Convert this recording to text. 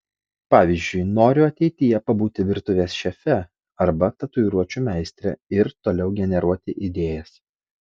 pavyzdžiui noriu ateityje pabūti virtuvės šefe arba tatuiruočių meistre ir toliau generuoti idėjas